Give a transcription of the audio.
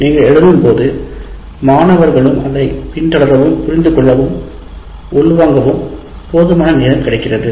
நீங்கள் எழுதும் போது மாணவர்களுக்கு அதை பின்தொடரவும் புரிந்துகொள்ளவும் உள்வாங்கவும்போதுமான நேரம் கிடைக்கிறது